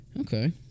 Okay